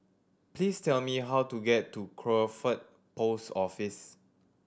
please tell me how to get to Crawford Post Office